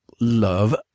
love